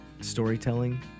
storytelling